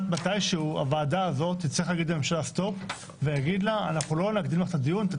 מתי שהוא הוועדה תצטרך להגיד לממשלה סטופ ולהגיד שהדיון לא יוקדם